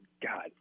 God